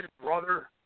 brother